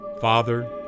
Father